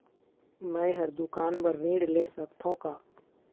मैं हर दुकान बर ऋण ले सकथों का?